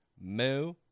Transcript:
Moo